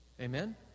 Amen